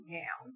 now